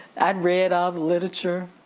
i'd read all the literature.